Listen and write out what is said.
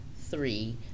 three